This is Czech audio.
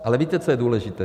Ale víte, co je důležité?